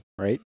right